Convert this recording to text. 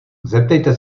zeptejte